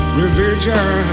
religion